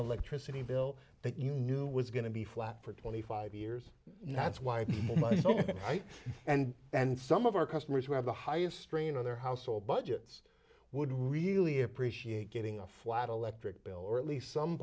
electricity bill that you knew was going to be flat for twenty five years now it's why more money right and and some of our customers who have the highest strain of their household budgets would really appreciate getting a flat electric bill or at least some